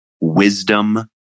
Wisdom